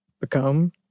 become